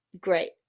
Great